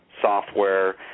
software